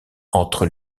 entre